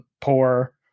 poor